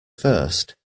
first